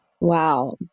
Wow